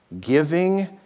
giving